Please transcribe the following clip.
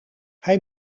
hij